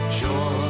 joy